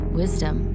wisdom